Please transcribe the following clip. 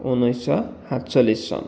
উনৈছশ সাতচল্লিছ চন